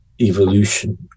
evolution